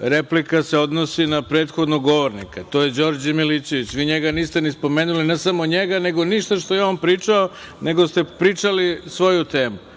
Replika se odnosi na prethodnog govornika, a to je Đorđe Milićević. Vi njega niste ni spomenuli, ne samo njega, nego ništa što je on pričao, nego ste pričali svoju temu.